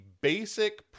basic